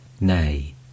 nay